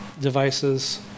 devices